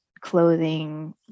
clothing